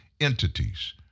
entities